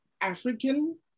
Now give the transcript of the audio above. African